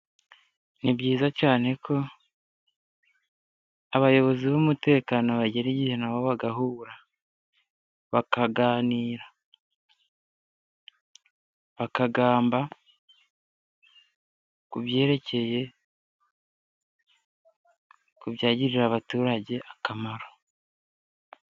Ni byiza cyane ko abayobozi b'umutekano bagera igihe bagahura, bakaganira kubyagirira abaturage akamaro.